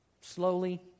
slowly